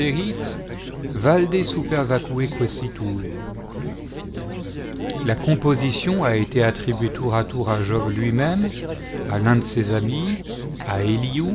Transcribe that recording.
quaesilur la composition a été attribuée tour à tour à job luimême à l'un de ses amis à